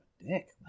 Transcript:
dick